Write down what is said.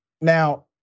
Now